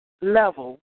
level